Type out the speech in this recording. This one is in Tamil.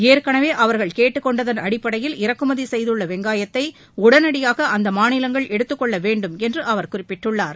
ஏற்கனவே அவர்கள் கேட்டுக் கொண்டதன் அடிப்படையில் இறக்குமதி செய்துள்ள வெங்காயத்தை உடனடியாக அந்த மாநிலங்கள் எடுத்துக் கொள்ள வேண்டும் என்று அவர் குறிப்பிட்டுள்ளார்